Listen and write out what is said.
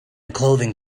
clothing